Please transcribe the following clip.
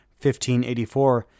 1584